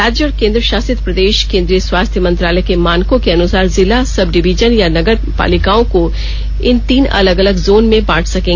राज्य और केन्द्रशासित प्रदेश केंद्रीय स्वास्थ्य मंत्रालय के मानकों के अनुसार जिला सब डिवीजन या नगर पालिकाओं को इन तीन अलग अलग जोन में बांट सकेंगे